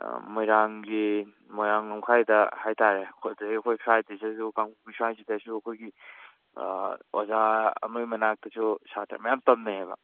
ꯃꯣꯏꯔꯥꯡꯒꯤ ꯃꯣꯏꯔꯥꯡ ꯂꯝꯈꯥꯏꯗ ꯍꯥꯏꯇꯥꯔꯦ ꯑꯩꯈꯣꯏ ꯑꯗꯨꯗꯒꯤ ꯑꯩꯈꯣꯏ ꯁ꯭ꯋꯥꯏꯁꯤꯗꯁꯨ ꯑꯩꯈꯣꯏꯒꯤ ꯑꯣꯖꯥ ꯑꯃꯩ ꯃꯅꯥꯛꯇꯁꯨ ꯁꯥꯠꯇ꯭ꯔ ꯃꯌꯥꯝ ꯇꯝꯅꯩꯑꯕ